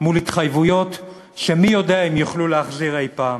מול התחייבויות שמי יודע אם יוכלו להחזיר אי-פעם.